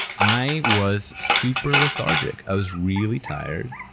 i was super lethargic, i was really tired,